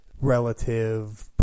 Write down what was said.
relative